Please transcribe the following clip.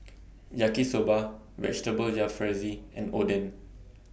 Yaki Soba Vegetable Jalfrezi and Oden